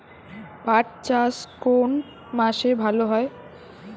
পাট চাষ কোন মাসে ভালো হয়?